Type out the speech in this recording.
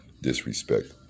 disrespect